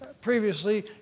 previously